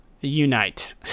Unite